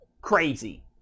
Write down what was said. crazy